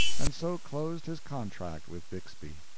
and so closed his contract with bixby.